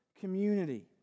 community